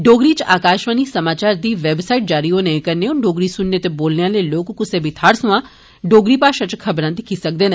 डोगरी इच आकाशवाणी समाचार दी वैबसाईट जारी होने कन्नै हुन डोगरी सुनने ते बोलने आलें लोक कुसै बी थ्हार से सोयां डोगरी भाषा इच खबर दिक्खी सकदे न